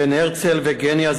בן הרצל וגניה,